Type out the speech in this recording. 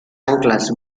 anclas